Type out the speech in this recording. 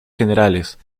generales